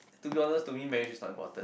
to be honest to me marriage is not important